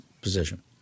position